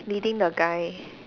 leading the guy